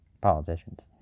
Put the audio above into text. politicians